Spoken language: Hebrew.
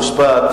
חוק ומשפט,